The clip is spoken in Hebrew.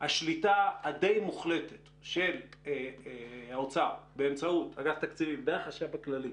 הדי מוחלטת של האוצר באמצעות אגף תקציבים והחשב הכללי